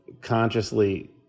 consciously